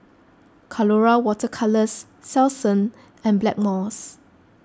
Colora Water Colours Selsun and Blackmores